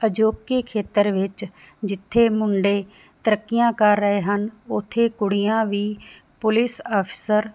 ਅਜੋਕੇ ਖੇਤਰ ਵਿੱਚ ਜਿੱਥੇ ਮੁੰਡੇ ਤਰੱਕੀਆਂ ਕਰ ਰਹੇ ਹਨ ਉਥੇ ਕੁੜੀਆਂ ਵੀ ਪੁਲਿਸ ਅਫਸਰ